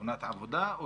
כתאונת עבודה?